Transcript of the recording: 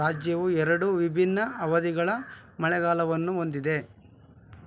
ರಾಜ್ಯವು ಎರಡು ವಿಭಿನ್ನ ಅವಧಿಗಳ ಮಳೆಗಾಲವನ್ನು ಹೊಂದಿದೆ